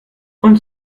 und